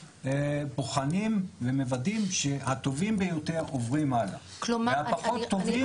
בוחנים ומוודאים שהטובים ביותר עוברים הלאה והפחות טובים יוצאים.